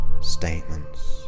statements